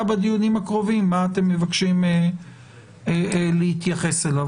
בדיונים הקרובים מה אתם מבקשים להתייחס אליו.